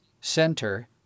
center